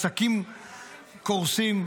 עסקים קורסים,